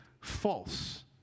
False